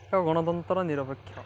ଗଣତନ୍ତ୍ର ନିରପେକ୍ଷ